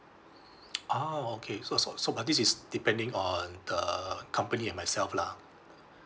ah okay so so so but this is depending on the company and myself lah